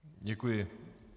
Děkuji.